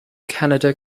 canada